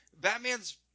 Batman's